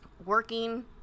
Working